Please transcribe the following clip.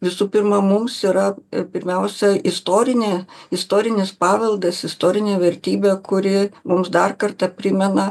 visų pirma mums yra pirmiausia istorinė istorinis paveldas istorinė vertybė kuri mums dar kartą primena